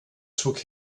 took